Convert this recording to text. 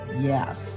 Yes